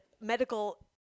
medical